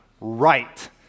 right